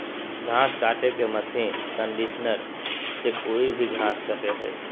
घास काटे के मशीन कंडीशनर से कोई भी घास कटे हइ